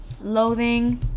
loathing